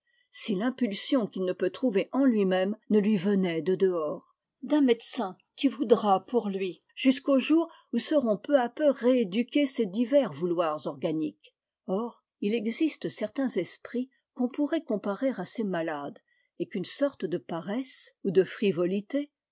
si l'impulsion qu'il ne peut trouver en lui-même ne lui venait de dehors d'un médecin qui voudra pour lui jusqu'aujouroù seront peu à peu rééduqués ses divers vouloirs organiques or il existe certains esprits qu'on pourrait comparer à ces malades et qu'une sorte de paresse i ou t